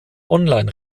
online